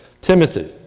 Timothy